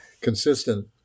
consistent